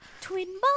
Twin